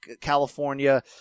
California